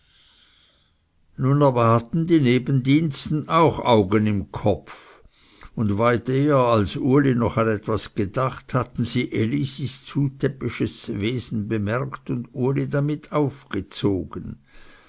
nun aber hatten die nebendiensten auch augen im kopf und weit eher als uli noch an etwas gedacht hatten sie elisis zutäppisches wesen bemerkt und uli damit aufgezogen